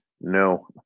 No